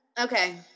Okay